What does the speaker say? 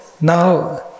now